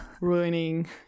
ruining